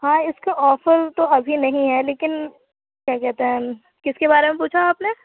ہاں اِس کے آفر تو ابھی نہیں ہے لیکن کیا کہتے ہیں کس کے بارے میں پوچھا ہے آپ نے